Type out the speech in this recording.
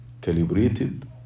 calibrated